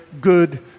good